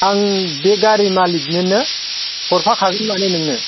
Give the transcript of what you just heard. आं बे गारि मालिकनोनो हरफाखागोन माने नोंनो